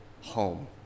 home